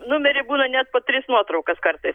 numery būna net po tris nuotraukas kartais